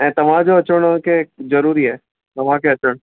ऐं तव्हांजो चवणो की ज़रूरी आहे तव्हांखे अचणु